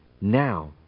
now